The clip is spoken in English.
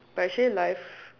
but actually life